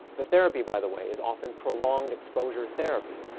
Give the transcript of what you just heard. the therapy, by the way, is often prolonged exposure therapy,